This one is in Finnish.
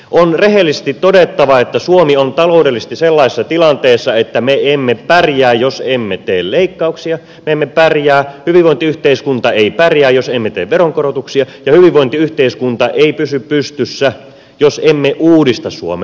on rehellisesti todettava että suomi on taloudellisesti sellaisessa tilanteessa että me emme pärjää jos emme tee leikkauksia me emme pärjää hyvinvointiyhteiskunta ei pärjää jos emme tee veronkorotuksia ja hyvinvointiyhteiskunta ei pysy pystyssä jos emme uudista suomea